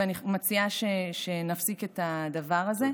ואני מציעה שנפסיק את הדבר הזה.